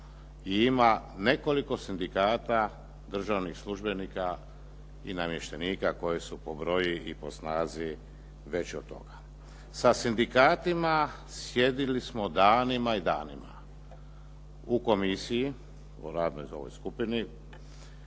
ima nekoliko sindikata državnih službenika i namještenika koji su po broju i po snazi veći od toga. Sa sindikatima sjedili smo danima i danima. U komisiji u radnoj u ovoj skupini,